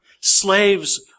slaves